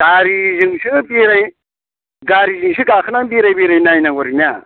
गारिजोंसो बेराय गारिजोंसो गाखोनानै बेराय बेराय नायनांगौ आरोना